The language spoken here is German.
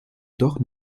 doch